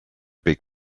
big